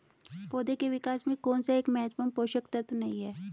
पौधों के विकास में कौन सा एक महत्वपूर्ण पोषक तत्व नहीं है?